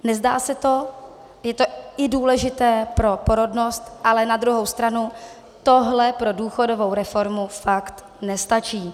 Nezdá se to, je to i důležité pro porodnost, ale na druhou stranu tohle pro důchodovou reformu fakt nestačí.